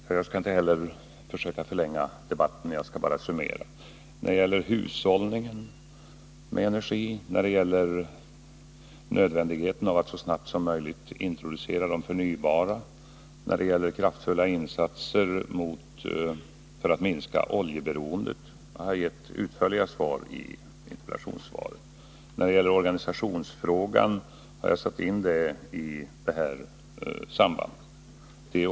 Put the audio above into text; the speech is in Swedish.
Fru talman! Inte heller jag skall förlänga debatten. Jag skall bara summera. När det gäller hushållningen med energi, nödvändigheten av att så snart som möjligt introducera de förnybara energikällorna och behovet av kraftfulla insatser för att minska oljeberoendet har jag gett utförliga besked i interpellationssvaret. Även organisationsfrågan har satts in i sammanhanget.